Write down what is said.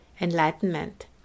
enlightenment